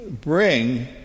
bring